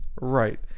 right